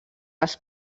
als